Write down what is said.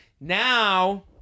Now